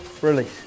Release